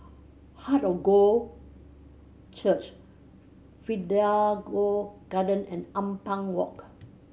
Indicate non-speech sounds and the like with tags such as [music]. Heart of God Church [unintelligible] Garden and Ampang Walk